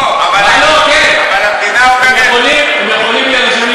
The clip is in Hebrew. לא אני, המדינה, המדינה,